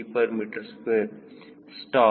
8 kgm2 stall